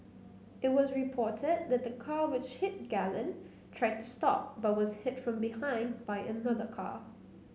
it was reported that the car which hit Galen tried to stop but was hit from behind by another car